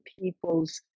people's